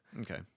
Okay